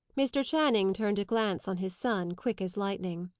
mr. channing turned a glance on his son, quick as lightning.